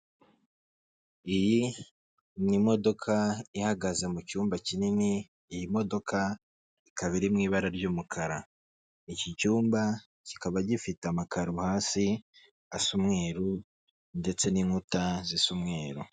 Iyi ni imodoka ihagaze mu cyumba kinini iyi modoka ikaba iri mu ibara ry'umukara iki cyumba kikaba gifite amakaro hasi asamweruru ndetse n'inkuta z'icmweru.